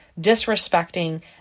disrespecting